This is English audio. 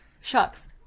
Shucks